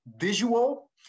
visual